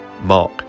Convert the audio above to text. Mark